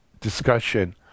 discussion